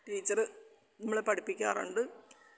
teacher നമ്മളെ പഠിപ്പിക്കാറുണ്ട്